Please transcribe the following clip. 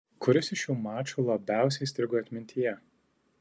kuris iš šių mačų labiausiai įstrigo atmintyje